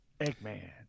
Eggman